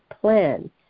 plan